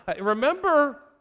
Remember